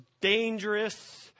dangerous